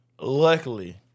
Luckily